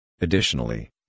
Additionally